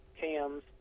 cams